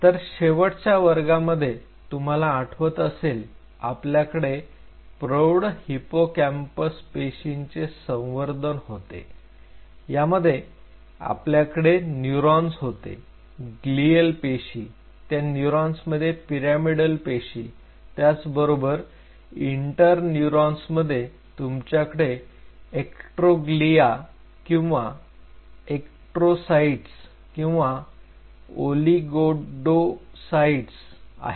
तर शेवटच्या वर्गामध्ये तुम्हाला आठवत असेल आपल्याकडे प्रौढ हिप्पोकॅम्पस पेशींचे संवर्धन होते यामध्ये आपल्याकडे न्यूरॉन्स होते ग्लीयल पेशी त्या न्यूरॉन्स मध्ये पिरॅमिडल पेशी आणि त्याचबरोबर इंटर न्यूरॉन्समध्ये तुमच्याकडे एस्ट्रोग्लीया किंवा एस्ट्रोसाइट्स किंवा ओलीगोडेड्रोसाइट्स आहेत